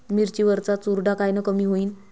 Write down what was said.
मिरची वरचा चुरडा कायनं कमी होईन?